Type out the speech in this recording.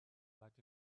but